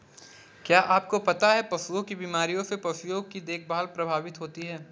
क्या आपको पता है पशुओं की बीमारियों से पशुओं की देखभाल प्रभावित होती है?